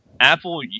Apple